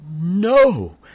no